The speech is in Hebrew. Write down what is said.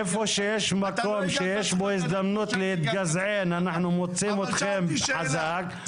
איפה שיש הזדמנות להתגזען אנחנו מוצאים אתכם חזק.